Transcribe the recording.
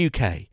UK